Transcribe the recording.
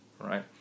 right